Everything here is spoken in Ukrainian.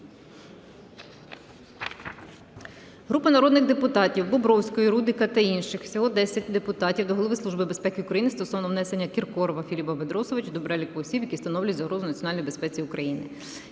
Групи народних депутатів (Бобровської, Рудика та інших. Всього 10 депутатів) до Голови Служби безпеки України стосовно внесення Кіркорова Філіпа Бедросовича до переліку осіб, які становлять загрозу національній безпеці України.